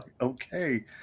Okay